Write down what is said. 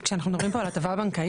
כאשר אנחנו מדברים כאן על הטבה בנקאית,